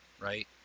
right